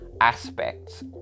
aspects